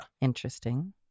Interesting